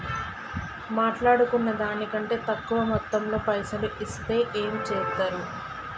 మాట్లాడుకున్న దాని కంటే తక్కువ మొత్తంలో పైసలు ఇస్తే ఏం చేత్తరు?